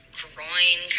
groin